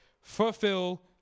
Fulfill